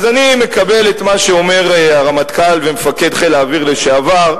אז אני מקבל את מה שאומר הרמטכ"ל ומפקד חיל האוויר לשעבר,